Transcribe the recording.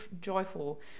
joyful